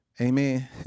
Amen